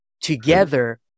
together